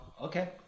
Okay